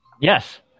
Yes